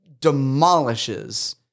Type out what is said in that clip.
demolishes